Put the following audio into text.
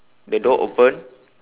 the door open